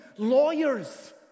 lawyers